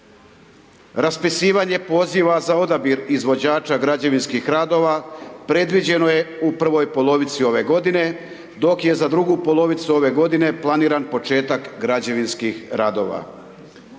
Raspisivanje poziva za odabir izvođača građevinskih radova predviđeno je u prvoj polovici ove godine, dok je za drugu polovicu ove godine planiran početak građevinskih radova.